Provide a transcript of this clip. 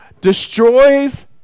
destroys